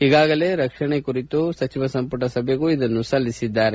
ಈಗಾಗಲೇ ರಕ್ಷಣಾ ಕುರಿತು ಸಚಿವ ಸಂಪುಟ ಸಭೆಗೂ ಇದನ್ನು ಸಲ್ಲಿಸಿದ್ದಾರೆ